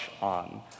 on